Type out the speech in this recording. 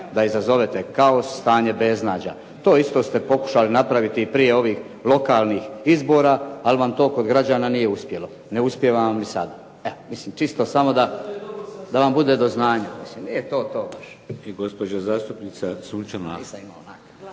da izazovete kaos, stanje beznađa. To isto ste pokušali napraviti prije ovih lokalnih izbora ali vam to kod građana nije uspjelo. Ne uspijeva vam ni sada. Mislim, čisto da vam bude do znanja. Nije to to baš. **Šeks, Vladimir